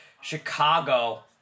Chicago